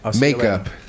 makeup